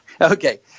Okay